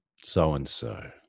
so-and-so